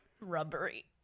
Rubbery